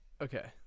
Okay